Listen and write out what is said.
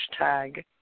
hashtag